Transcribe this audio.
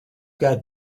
got